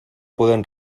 pueden